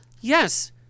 yes